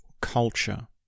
culture